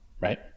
Right